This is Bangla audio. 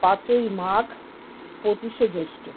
পাঁচই মাঘ পঁচিশে জ্যৈষ্ঠ